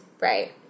Right